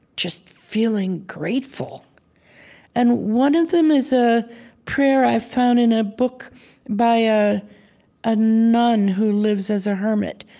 just feeling grateful and one of them is a prayer i found in a book by a a nun who lives as a hermit.